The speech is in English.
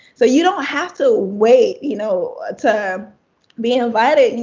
so you don't have to wait, you know, to be invited. and